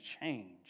change